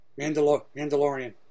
Mandalorian